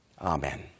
Amen